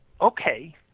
okay